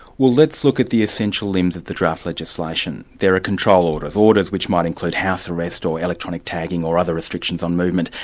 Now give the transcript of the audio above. well let's look at the essential limbs of the draft legislation. there are control orders, orders which might include house arrest or electronic tagging or other restrictions on movement,